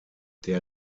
der